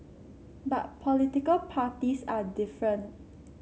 but political parties are different